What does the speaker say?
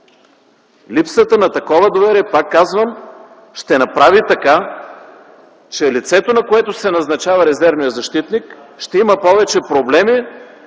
Липсата на такова доверие, пак казвам, ще направи така, че лицето, на което се назначава резервен защитник, ще има повече проблеми